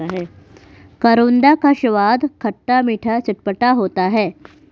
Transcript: करौंदा का स्वाद खट्टा मीठा चटपटा होता है